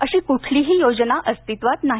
अशी कुठलीही योजना अस्तित्वात नाही